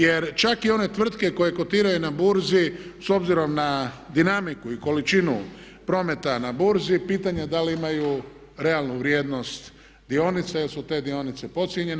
Jer čak i one tvrtke koje kotiraju na burzi s obzirom na dinamiku i količinu prometa na burzi pitanje je da li imaju realnu vrijednost dionica jer su te dionice podcijenjene.